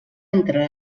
entre